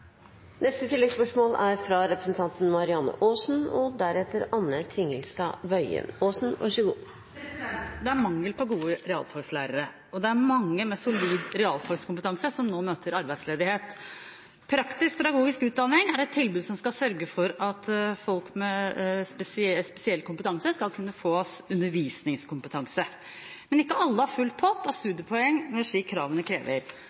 Marianne Aasen – til oppfølgingsspørsmål. Det er mangel på gode realfagslærere, og det er mange med realfagskompetanse som nå møter arbeidsledighet. Praktisk-pedagogisk utdanning er et tilbud som skal sørge for at folk med spesiell kompetanse skal kunne få undervisningskompetanse. Men ikke alle har full pott av